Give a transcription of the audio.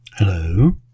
Hello